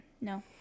no